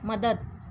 मदत